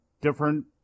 different